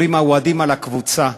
שאומרים האוהדים של הקבוצה.